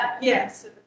Yes